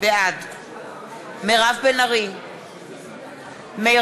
בעד מירב בן ארי,